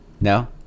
no